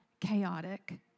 chaotic